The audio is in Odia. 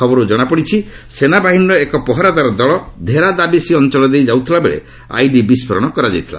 ଖବରରୁ ଜଣାପଡ଼ୁଛି ସେନାବାହିନୀର ଏକ ପହରାଦାର ଦଳ ଧେରା ଦାବସି ଅଞ୍ଚଳ ଦେଇ ଯାଉଥିଲା ବେଳେ ଆଇଇଡି ବିସ୍କୋରଣ କରାଯାଇଥିଲା